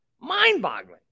mind-boggling